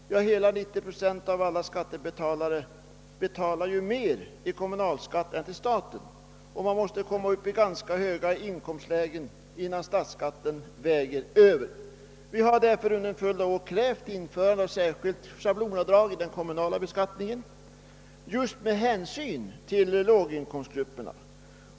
Hela 90 procent av alla skattebetalare erlägger mer skatt till kommunen än till staten, och man måste komma upp i ganska höga inkomstlägen innan statsskatten väger över. Vi har därför under en följd av år krävt införande av ett särskilt schablonavdrag i den kommunala beskattningen just med hänsyn till låginkomstgrupperna.